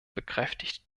bekräftigt